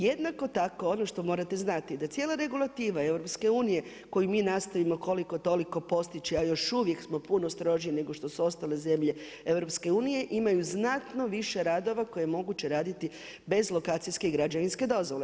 Jednako tako, ono što morate znati, da cijela regulativa EU, koju mi nastojimo koliko toliko postići, a još uvijek smo puno stroži nego što su ostale zemlje EU, imaju znatno više radove, koje je moguće raditi bez lokacijske i građevinske dozvole.